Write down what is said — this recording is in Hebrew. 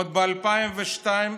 עוד ב-2012,